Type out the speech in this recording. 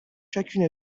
chacune